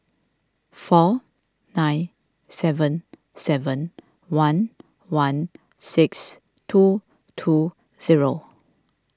four nine seven seven one one six two two zero